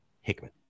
Hickman